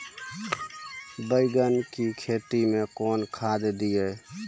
बैंगन की खेती मैं कौन खाद दिए?